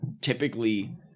typically